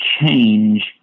change